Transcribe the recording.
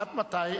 עד מתי?